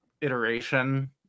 iteration